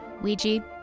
Ouija